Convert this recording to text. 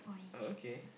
oh okay